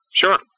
Sure